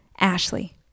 Ashley